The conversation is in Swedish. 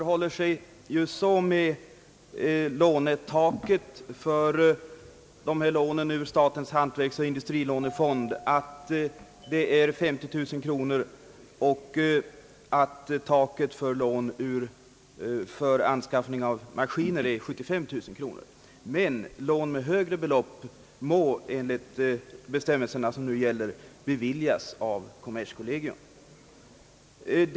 Herr talman! Lånetaket för lån ur statens hantverksoch industrilånefond är 50 000 kronor och lånetaket för lån för anskaffning av maskiner 75 000 kronor. Lån med högre belopp kan emellertid enligt gällande bestämmelser beviljas av kommerskollegium.